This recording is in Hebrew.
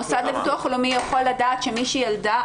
המוסד לביטוח לאומי יכול לדעת שמישהי ילדה,